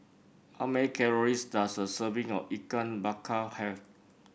how many calories does a serving of Ikan Bakar have